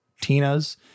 Tina's